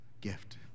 gift